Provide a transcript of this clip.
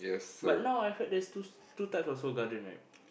but now I heard there's two two types of Seoul-Garden right